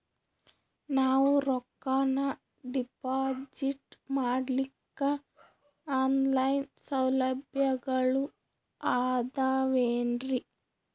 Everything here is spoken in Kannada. ನಾವು ರೊಕ್ಕನಾ ಡಿಪಾಜಿಟ್ ಮಾಡ್ಲಿಕ್ಕ ಆನ್ ಲೈನ್ ಸೌಲಭ್ಯಗಳು ಆದಾವೇನ್ರಿ?